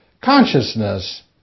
consciousness